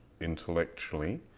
intellectually